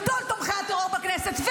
גדול תומכי הטרור בכנסת,